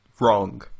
Wrong